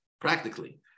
practically